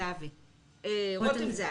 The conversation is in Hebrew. רותם זהבי.